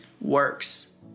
works